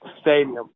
stadium